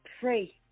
pray